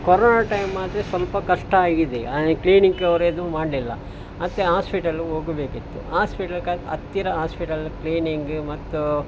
corona time ಆದರೆ ಸ್ವಲ್ಪ ಕಷ್ಟ ಆಗಿದೆ ಈಗ ಕ್ಲಿನಿಕ್ ಅವರು ಇದು ಮಾಡಲಿಲ್ಲ ಮತ್ತು ಆಸ್ಪಿಟಲ್ಗೆ ಹೋಗ್ಬೇಕಿತ್ತು ಆಸ್ಪಿಟ್ಲ್ಕ್ಕೆ ಹತ್ತಿರ ಆಸ್ಪಿಟಲ್ ಕ್ಲೀನಿಂಗ್ ಮತ್ತು